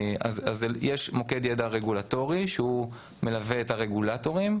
יש מוקד ידע רגולטורי שמלווה את הרגולטורים,